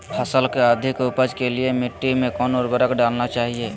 फसल के अधिक उपज के लिए मिट्टी मे कौन उर्वरक डलना चाइए?